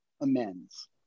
amends